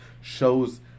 shows